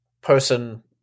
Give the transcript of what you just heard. person